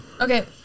Okay